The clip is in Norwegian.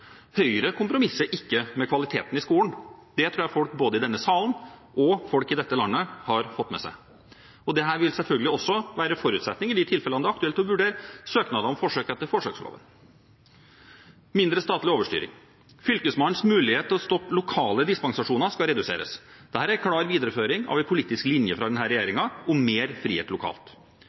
Høyre kompromisser ikke med kvaliteten i skolen – det tror jeg folk både i denne salen og folk i dette landet har fått med seg. Dette vil selvsagt også være en forutsetning i de tilfellene det er aktuelt å vurdere søknader om forsøk etter forsøksloven. Mindre statlig overstyring: Fylkesmannens mulighet til å stoppe lokale dispensasjoner skal reduseres. Dette er en klar videreføring av en politisk linje fra denne regjeringen om mer frihet lokalt.